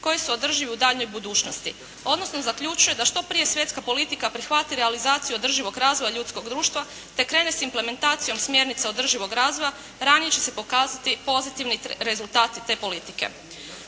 koji su održivi u daljnjoj budućnosti odnosno zaključuje da što prije svjetska politika prihvati realizaciju održivog razvoja ljudskog društva te krene s implementacijom smjernica održivog razvoja ranije će pokazati pozitivni rezultati te politike.